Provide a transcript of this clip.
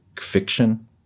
fiction